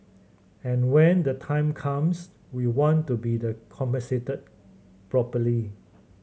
and when the time comes we want to be the compensated properly